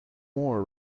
more